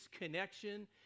connection